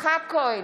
יצחק כהן,